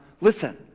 listen